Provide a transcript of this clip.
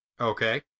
Okay